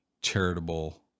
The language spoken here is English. charitable